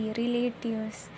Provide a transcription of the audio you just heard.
relatives